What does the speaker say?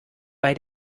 bei